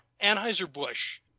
Anheuser-Busch